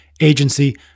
Agency